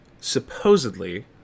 supposedly